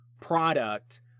product